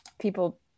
people